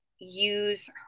use